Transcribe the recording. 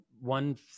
One